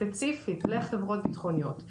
ספציפית לחברות בטחוניות,